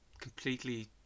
completely